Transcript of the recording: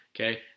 okay